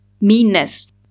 meanness